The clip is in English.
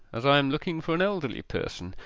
as i am looking for an elderly person.